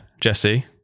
Jesse